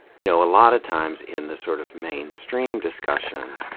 you know, a lot of times, in the sort of mainstream discussion,